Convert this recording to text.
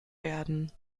werden